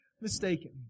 mistaken